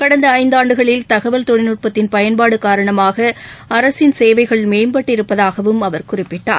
கடந்த ஐந்தாண்டுகளில் தகவல் தொழில்நுட்பத்தின் பயன்பாடு காரணமாக அரசின் சேவைகள் மேம்பட்டிருப்பதாகவும் அவர் குறிப்பிட்டார்